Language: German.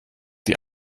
die